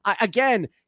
Again